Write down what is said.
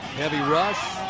heavy rush.